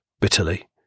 bitterly